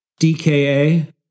DKA